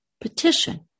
Petition